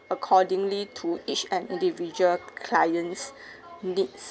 accordingly to each and individual client's needs